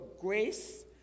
grace